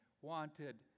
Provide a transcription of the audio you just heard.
wanted